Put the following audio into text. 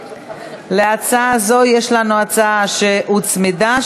להצעה זו יש לנו הצעה שהוצמדה,